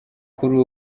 kuri